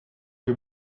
you